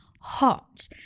hot